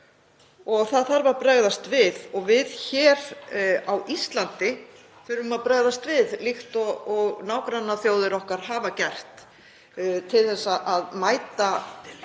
og það þarf að bregðast við. Við hér á Íslandi þurfum að bregðast við líkt og nágrannaþjóðir okkar hafa gert til þess að mæta stöðu